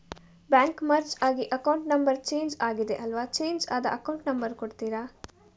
Bank merge ಆಗಿ account number change ಆಗಿದೆ ಅಲ್ವಾ, ಚೇಂಜ್ ಆದ ಅಕೌಂಟ್ ನಂಬರ್ ಕೊಡ್ತೀರಾ?